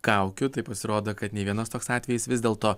kaukių tai pasirodo kad ne vienas toks atvejis vis dėlto